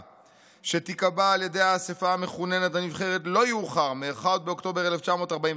שתיקבע על ידי האספה המכוננת הנבחרת לא יאוחר מ-1 באוקטובר 1948"